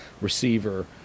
receiver